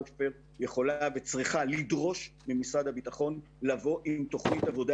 משך הטיפול